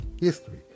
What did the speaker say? history